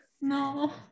No